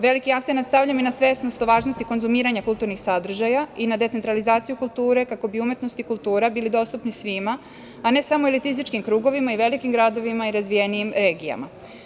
Veliki akcenat stavljam i na svesnost o važnosti konzumiranja kulturnih sadržaja i na decentralizaciju kulture, kako bi umetnost i kultura bili dostupni svima, a ne samo elitističkim krugovima, velikim gradovima i razvijenijim regijama.